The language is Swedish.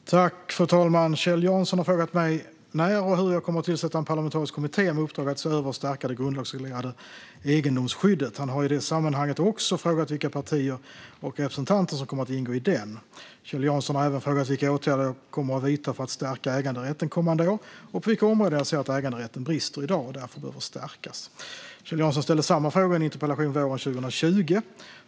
Svar på interpellationer Fru talman! Kjell Jansson har frågat mig när och hur jag kommer att tillsätta en parlamentarisk kommitté med uppdrag att se över och stärka det grundlagsreglerade egendomsskyddet. Han har i det sammanhanget också frågat vilka partier och representanter som kommer att ingå i den. Kjell Jansson har även frågat vilka åtgärder jag kommer att vidta för att stärka äganderätten kommande år och på vilka områden jag ser att äganderätten i dag brister och därför behöver stärkas. Kjell Jansson ställde samma frågor i en interpellation våren 2020.